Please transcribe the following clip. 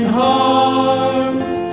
heart